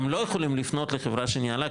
הם לא יכולים לפנות לחברה שניהלה,